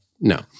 No